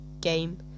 game